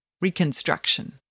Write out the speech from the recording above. Reconstruction